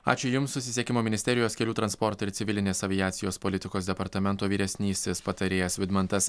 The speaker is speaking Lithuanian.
ačiū jums susisiekimo ministerijos kelių transporto ir civilinės aviacijos politikos departamento vyresnysis patarėjas vidmantas